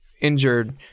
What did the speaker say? Injured